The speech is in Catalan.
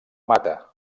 mata